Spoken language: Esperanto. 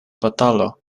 batalo